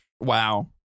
Wow